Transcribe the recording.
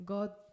God